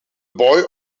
boy